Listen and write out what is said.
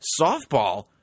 Softball